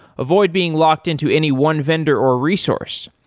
avoid being locked-in to any one vendor or resource.